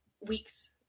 weeks